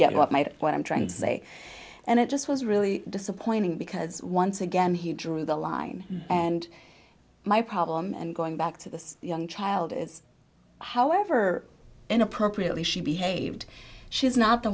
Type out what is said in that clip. get my what i'm trying to say and it just was really disappointing because once again he drew the line and my problem and going back to this young child is however inappropriately she behaved she's not the